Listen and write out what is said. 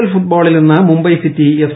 L ഫുട്ബോളിൽ ഇന്ന് Mumbai City F